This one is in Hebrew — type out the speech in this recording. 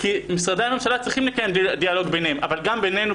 כי משרדי הממשלה צריכים לקיים דיאלוג ביניהם אבל גם בינינו,